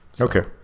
Okay